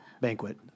Banquet